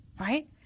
Right